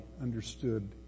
understood